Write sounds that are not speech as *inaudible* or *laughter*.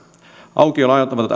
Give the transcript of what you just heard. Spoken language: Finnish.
aukioloajat ovat *unintelligible*